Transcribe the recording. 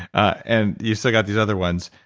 and you still got these other ones.